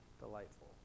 delightful